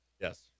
Yes